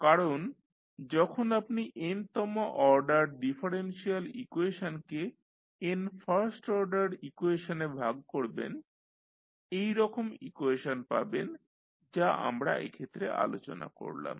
কারণ যখন আপনি n তম অর্ডার ডিফারেন্সিয়াল ইকুয়েশনকে n ফার্স্ট অর্ডার ইকুয়েশনে ভাগ করবেন এইরকম ইকুয়েশন পাবেন যা আমরা এক্ষেত্রে আলোচনা করলাম